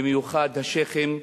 במיוחד השיח'ים,